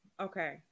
Okay